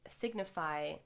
signify